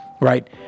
right